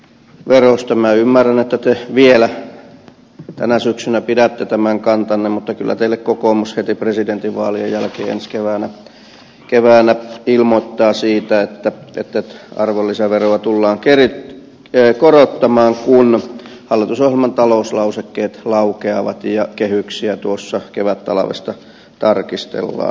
minä ymmärrän että te vielä tänä syksynä pidätte tämän kantanne mutta kyllä teille kokoomus heti presidentinvaalien jälkeen ensi keväänä ilmoittaa siitä että arvonlisäveroa tullaan korottamaan kun hallitusohjelman talouslausekkeet laukeavat ja kehyksiä tuossa kevättalvesta tarkistellaan